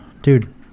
Dude